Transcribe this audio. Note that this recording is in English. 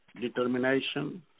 determination